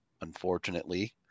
unfortunately